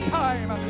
time